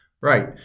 Right